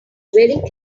very